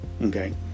Okay